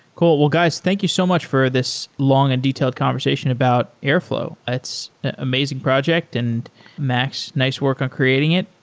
cool. well, guys, thank you so much for this long and detailed conversation about airflow. it's an amazing project. and max, nice work on creating it,